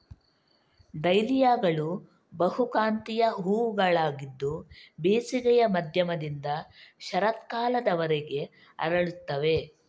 ಡಹ್ಲಿಯಾಗಳು ಬಹುಕಾಂತೀಯ ಹೂವುಗಳಾಗಿದ್ದು ಬೇಸಿಗೆಯ ಮಧ್ಯದಿಂದ ಶರತ್ಕಾಲದವರೆಗೆ ಅರಳುತ್ತವೆ